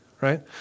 Right